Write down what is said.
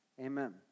Amen